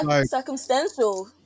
circumstantial